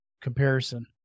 comparison